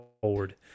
forward